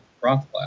Rothblatt